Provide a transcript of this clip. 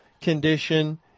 condition